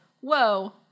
whoa